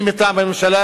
מי מטעם הממשלה,